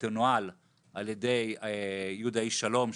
שתנוהל על ידי יהודה איש שלום,